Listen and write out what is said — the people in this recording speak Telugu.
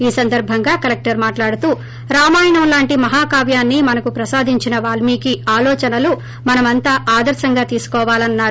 ఈ సందర్బంగా కలెక్లర్ మాట్లాడుతూ రామాయణం లాంటి మహాకావ్యని మనకు ప్రసాదించిన వాల్మికి ఆలోచనలను మనమంతా ఆదర్తంగా తీసుకోవాలని అన్నారు